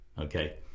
Okay